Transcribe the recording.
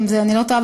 אם אני לא טועה,